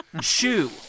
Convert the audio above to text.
Shoe